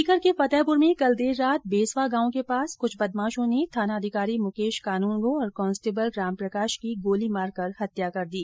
सीकर के फतेहपुर में कल देर रात बेसवा गांव के पास कुछ बदमाशों ने थानाधिकारी मुकेश कानूनगो और कांस्टेबल रामप्रकाश की गोली मारकर हत्या कर दी